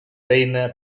feina